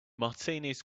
martinis